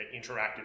interactive